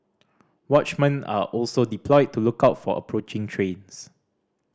watchmen are also deployed to look out for approaching trains